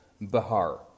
Bahar